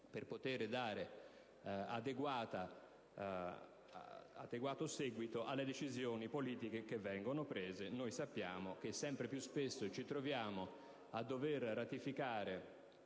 per poter dare adeguato seguito alle decisioni politiche che vengono prese. Sappiamo che sempre più spesso ci troviamo a dover ratificare